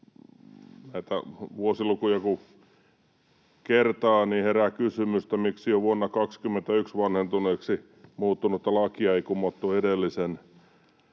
vuosilukuja kertaa, niin herää kysymys, miksi jo vuonna 21 vanhentuneeksi muuttunutta lakia ei kumottu edellisen